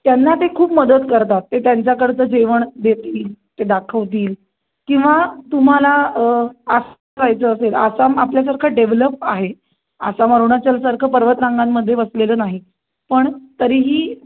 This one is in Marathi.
त्यांना ते खूप मदत करतात ते त्यांच्याकडचं जेवण देतील ते दाखवतील किंवा तुम्हाला आसाम जायचं असेल आसाम आपल्यासारखं डेव्हलप आहे आसाम अरुणाचलसारखं पर्वतरांगांमध्ये वसलेलं नाही पण तरीही